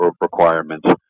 requirements